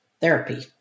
therapy